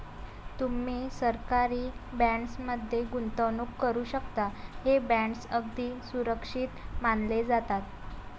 तुम्ही सरकारी बॉण्ड्स मध्ये गुंतवणूक करू शकता, हे बॉण्ड्स अगदी सुरक्षित मानले जातात